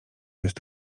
jest